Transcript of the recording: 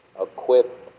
equip